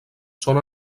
són